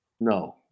No